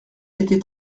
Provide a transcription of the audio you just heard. était